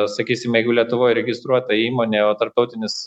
sakysim jeigu lietuvoj registruota įmonė o tarptautinis